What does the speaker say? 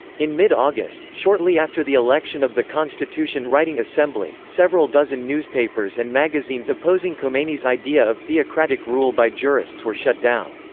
in mid august, shortly after the election of the constitution-writing assembly, several dozen newspapers and magazines opposing khomeini's idea of theocratic rule by jurists were shut down.